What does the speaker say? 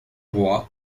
roy